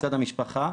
מצד המשפחה,